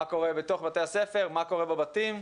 מה קורה בתוך בתי הספר, מה קורה בבתים,